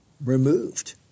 removed